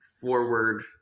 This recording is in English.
forward